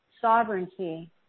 sovereignty